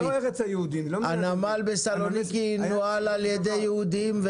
הנמל בסלוניקי נוהל על ידי יהודים,